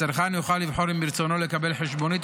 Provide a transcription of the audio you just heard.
הצרכן יוכל לבחור אם ברצונו לקבל חשבונית